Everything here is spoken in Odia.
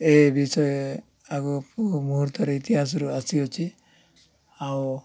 ଏ ବିଷୟ ଆଗ ମୁହୂର୍ତ୍ତରେ ଇତିହାସରୁ ଆସିଅଛି ଆଉ